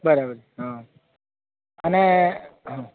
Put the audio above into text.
બરાબર હા અને હા